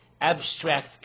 abstract